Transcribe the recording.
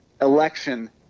election